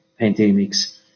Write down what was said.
pandemics